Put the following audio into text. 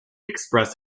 express